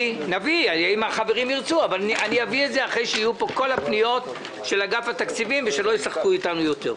נביא אחרי שיהיו פה כל הפניות של אגף התקציבים ושלא ישחקו אתנו יותר.